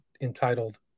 entitled